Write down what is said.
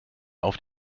auf